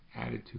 attitude